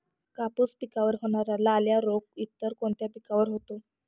कापूस पिकावर होणारा लाल्या रोग इतर कोणत्या पिकावर होतो?